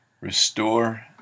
Restore